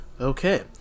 okay